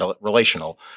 relational